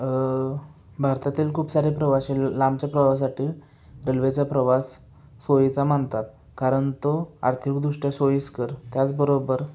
भारतातील खूप सारे प्रवासी लांबच्या प्रवासासाठी रेल्वेचा प्रवास सोयीचा मानतात कारण तो आर्थिकदृष्ट्या सोयीस्कर त्याचबरोबर